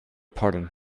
pardon